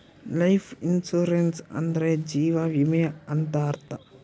life insurance ಅಂದ್ರೆ ಜೀವ ವಿಮೆ ಅಂತ ಅರ್ಥ